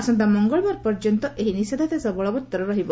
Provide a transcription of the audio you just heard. ଆସନ୍ତା ମଙ୍ଗଳବାର ପର୍ଯ୍ୟନ୍ତ ଏହି ନିଷେଧାଦେଶ ବଳବତ୍ତର ରହିବ